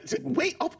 Wait